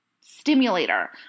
stimulator